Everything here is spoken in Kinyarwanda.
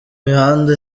mihanda